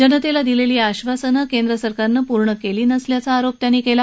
जनतेला दिलेली आश्वासनं केंद्र सरकारनं पूर्ण केली नसल्याचा आरोप त्यांनी केला